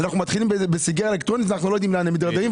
מתחילים בסיגריה אלקטרונית ולא יודעים לאן הם מגיעים.